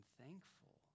thankful